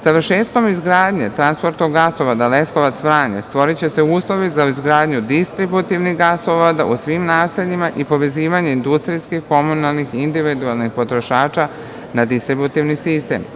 Završetkom izgradnje transportnog gasovoda Leskovac-Vranje stvoriće se uslovi za izgradnju distributivnih gasova u svim naseljima i povezivanje industrijskih, komunalnih i individualnih potrošača na distributivni sistem.